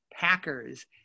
Packers